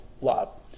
love